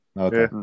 Okay